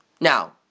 Now